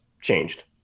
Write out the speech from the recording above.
changed